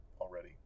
already